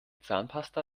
zahnpasta